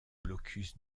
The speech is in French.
blocus